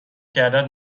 کردت